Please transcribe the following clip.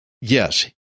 Yes